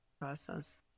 process